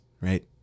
right